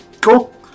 Cool